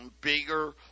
bigger